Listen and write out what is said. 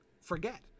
forget